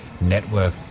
network